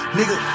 Nigga